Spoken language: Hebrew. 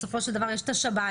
בסופו של דבר יש את השב"נים.